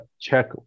check